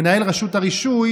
מנהל רשות הרישוי,